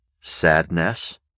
sadness